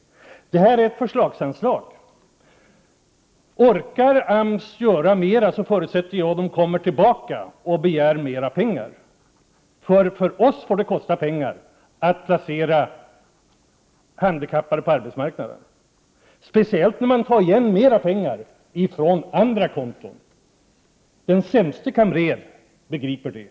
Det här är ett förslagsanslag. Orkar AMS göra mera, förutsätter jag att man kommer tillbaka och begär mer pengar. För oss får det nämligen kosta pengar att placera handikappade på arbetsmarknaden — speciellt när man får igen ännu mera pengar från andra konton. Det begriper den sämste kamrer.